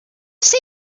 see